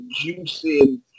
juicy